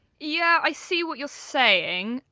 yeah i see what you're saying,